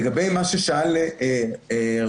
לגבי מה ששאל רון